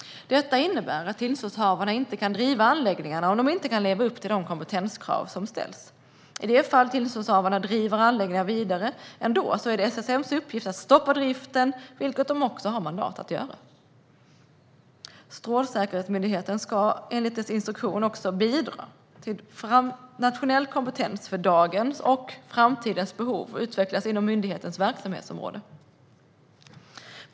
Detta innebär att tillståndshavarna inte kan driva anläggningarna om de inte kan leva upp till de kompetenskrav som ställs. Om tillståndshavarna ändå driver anläggningarna vidare är det SSM:s uppgift att stoppa driften, vilket man också har mandat att göra. Strålsäkerhetsmyndigheten ska, enligt dess instruktion, också bidra till att nationell kompetens för dagens och framtidens behov utvecklas inom myndighetens verksamhetsområde.